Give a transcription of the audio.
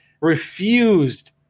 refused